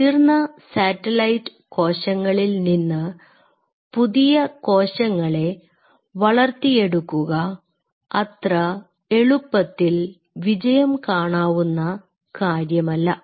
മുതിർന്ന സാറ്റലൈറ്റ് കോശങ്ങളിൽ നിന്ന് പുതിയ കോശങ്ങളെ വളർത്തിയെടുക്കുക അത്ര എളുപ്പത്തിൽ വിജയം കാണാവുന്ന കാര്യമല്ല